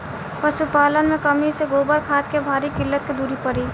पशुपालन मे कमी से गोबर खाद के भारी किल्लत के दुरी करी?